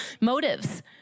motives